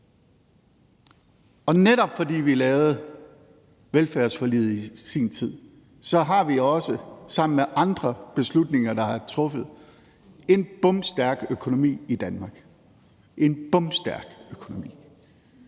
om. Netop fordi vi lavede velfærdsforliget i sin tid, også sammen med andre beslutninger, der er truffet, har vi en bomstærk økonomi i Danmark – en bomstærk økonomi.